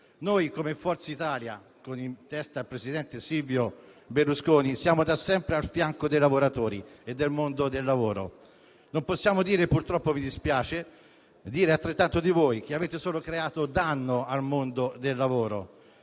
Noi di Forza Italia, con in testa il presidente Silvio Berlusconi, siamo da sempre al fianco dei lavoratori e del mondo del lavoro. Purtroppo - e mi dispiace - non possiamo dire altrettanto di voi, che avete solo creato danno al mondo del lavoro,